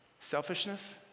selfishness